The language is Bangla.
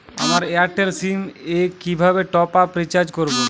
আমার এয়ারটেল সিম এ কিভাবে টপ আপ রিচার্জ করবো?